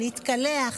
להתקלח.